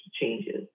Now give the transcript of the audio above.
changes